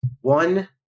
one